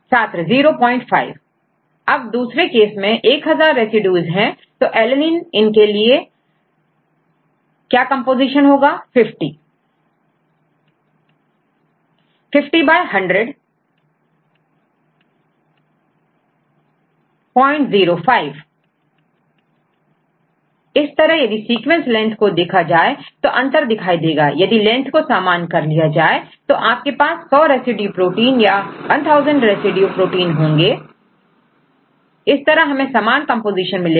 यह 5100 अब दूसरे केस में1000 रेसिड्यूज है तो ALANINE इन के लिए क्या कंपोजीशन होगा 005 छात्र50 इसे1000 से विभाजित करने पर005 प्राप्त होता है इस तरह यदि सीक्वेंस लेंथ को देखा जाए तो अंतर दिखाई देगा और यदि लेंथ को सामान्य कर लिया जाए तो तो आपके पास 100 रेसिड्यू प्रोटीन या1000 रेसिड्यू प्रोटीन होंगे A इस तरह हमें समान कंपोजीशन मिलेगा